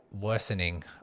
worsening